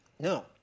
No